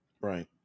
right